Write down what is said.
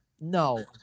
no